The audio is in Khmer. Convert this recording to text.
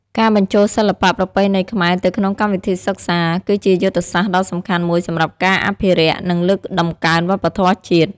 ការបញ្ចូលសិល្បៈប្រពៃណីខ្មែរទៅក្នុងកម្មវិធីសិក្សា គឺជាយុទ្ធសាស្ត្រដ៏សំខាន់មួយសម្រាប់ការអភិរក្ស និងលើកតម្កើងវប្បធម៌ជាតិ។